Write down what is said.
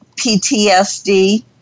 PTSD